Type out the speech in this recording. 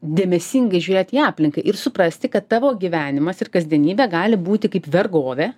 dėmesingai žiūrėt į aplinką ir suprasti kad tavo gyvenimas ir kasdienybė gali būti kaip vergovė